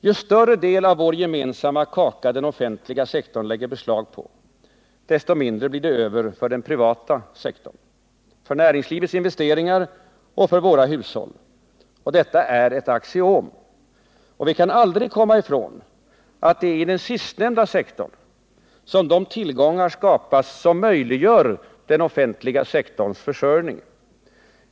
Ju större del av vår gemensamma kaka den offentliga sektorn lägger beslag på, desto mindre blir det över för den privata sektorn, för näringslivets investeringar och för våra hushåll. Detta är ett axiom. Och vi kan aldrig komma ifrån att det är i den sistnämnda sektorn som de tillgångar skapas som möjliggör den offentliga sektorns försörjning.